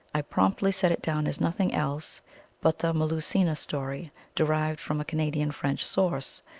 i promptly set it down as nothing else but the melusina story derived from a canadian french source.